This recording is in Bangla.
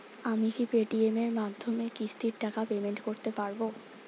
আমি কি পে টি.এম এর মাধ্যমে কিস্তির টাকা পেমেন্ট করতে পারব?